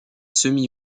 semi